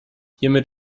hiermit